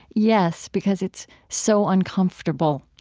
yes, because it's so uncomfortable.